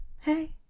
hey